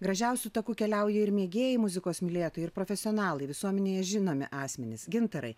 gražiausiu taku keliauja ir mėgėjai muzikos mylėtojai ir profesionalai visuomenėje žinomi asmenys gintarai